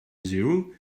zero